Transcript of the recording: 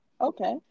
okay